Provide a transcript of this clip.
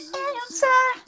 answer